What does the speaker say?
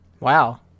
Wow